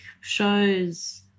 shows